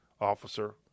officer